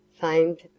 famed